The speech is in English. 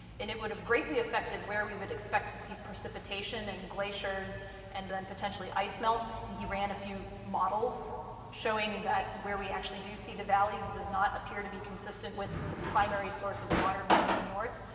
and it would have greatly affected where we would expect to see precipitation and glaciers and then potentially ice melt. and he ran a few models showing that where we actually do see the valleys does not appear to be consistent with the primary source of water being in the north,